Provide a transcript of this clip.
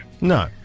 No